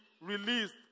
released